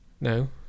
No